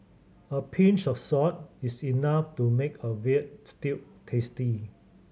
a pinch of salt is enough to make a veal stew tasty